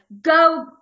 go